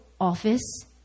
office